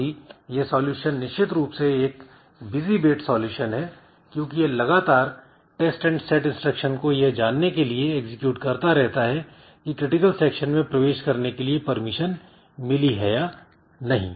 साथ ही यह सोल्यूशन निश्चित रूप से एक बिजी वेट सलूशन है क्योंकि यह लगातार टेस्ट एंड सेट इंस्ट्रक्शन को यह जानने के लिए एग्जीक्यूट करता रहता है कि क्रिटिकल सेक्शन में प्रवेश करनेके लिए परमिशन मिली है या नहीं